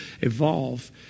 evolve